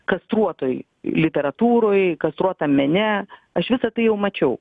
kastruotoj literatūroj kastruotam mene aš visa tai jau mačiau